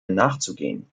nachzugehen